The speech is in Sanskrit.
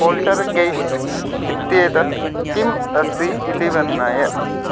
पोल्टर्गैस्ट् इत्येतत् किम् अस्ति इति वर्णय